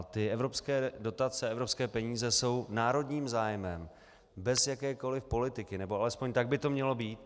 Ty evropské dotace, ty evropské peníze jsou národním zájmem bez jakékoliv politiky, nebo alespoň tak by to mělo být.